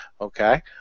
okay